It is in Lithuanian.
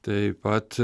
taip pat